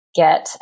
get